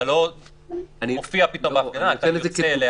אתה לא מופיע פתאום בהפגנה, אתה יוצא אליה וחוזר.